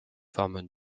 forment